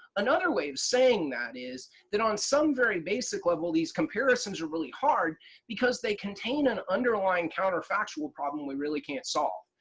another way of saying that is that on some very basic level these comparisons are really hard because they contain an underlying counter factual problem we really can't solve.